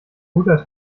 guter